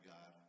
God